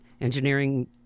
engineering